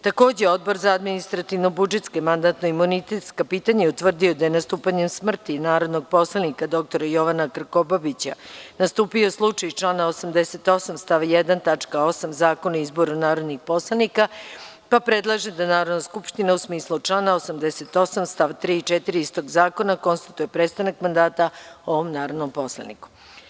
Takođe, Odbora za administrativno-budžetska i mandatno-imunitetska pitanja je utvrdio da je nastupanjem smrti narodnog poslanika dr Jovana Krkobabića nastupio slučaj iz člana 88. stav 1. tačka 8. Zakona o izboru narodnih poslanika pa predlaže da Narodna skupština, u smislu člana 88. st. 3. i 4. istog zakona, konstatuje prestanak mandata ovom narodnom poslaniku.